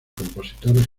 compositores